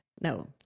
no